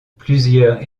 plusieurs